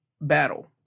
battle